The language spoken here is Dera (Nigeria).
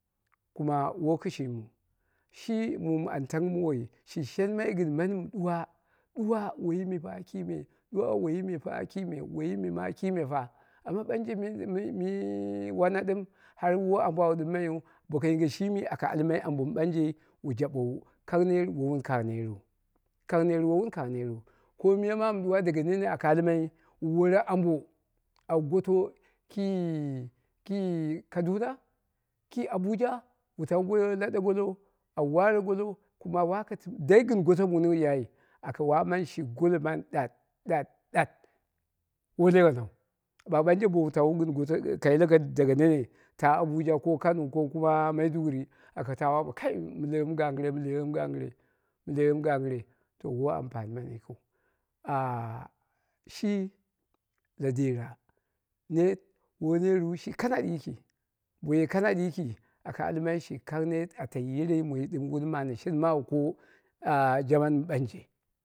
Kuma woi kɨshimiu, shi mum an tangi mowoi shi shenmai gɨn mani mɨ ɗuwa woiyi me f kime, ɗuwa woiyi ta kime, woiyi me ma kime fa. Ɓanje mii wanna ɗɨm har woi ambo au ɗɨmaiyu boko yinge shime aka almai ambom ɓange wu jaɓowu, kang ner woi wun kangngha neru, kang net wowun kangng ha neru, mamu ɗuwa daga nene aka almai wu wore ambo awu goto ki ki kaduna ki abuja wu tawu ba laɗe golo du waare golo dai gɨn goto aka waama shi gola mnai da ɗat ɗat woi leghnau ɓagh ɓanje wowu tawu gɨn goto ka yiloko daga nene taa abuja ko kano ko kuma maiduguri aka ta waamawu mussi kai mɨ leghemu gangɨre mu leghemu gangɨre mi leggemu gangire to woi ampani mani yikiu ah shi la pera net woi neru shi kanaɗi yiki boye kanaɗi yiki aka walmai shi kang net o tai yeɗe moi dim wun maana shen mawu ko jaman mɨ ɓanje.